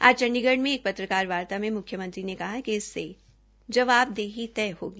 आज चंडीगढ़ में एक पत्रकारवार्ता मे मुख्यमंत्री ने कहा कि इससे जवाबदेही तय होगी